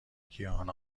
گیاهان